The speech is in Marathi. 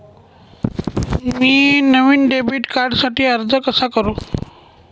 मी नवीन डेबिट कार्डसाठी अर्ज कसा करु?